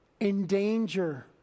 endanger